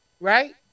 Right